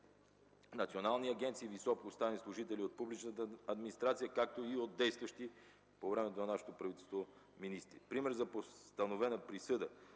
национални агенции, високопоставени служители от публичната администрация, както и от действащи по времето на нашето правителство министри. Пример за постановена присъда